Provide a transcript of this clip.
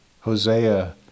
Hosea